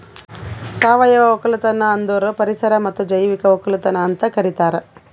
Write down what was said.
ಸಾವಯವ ಒಕ್ಕಲತನ ಅಂದುರ್ ಪರಿಸರ ಮತ್ತ್ ಜೈವಿಕ ಒಕ್ಕಲತನ ಅಂತ್ ಕರಿತಾರ್